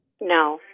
No